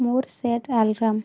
ମୋର set alarm